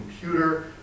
computer